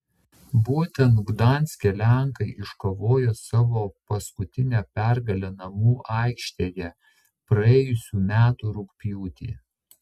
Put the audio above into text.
būtent gdanske lenkai iškovojo savo paskutinę pergalę namų aikštėje praėjusių metų rugpjūtį